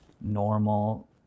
normal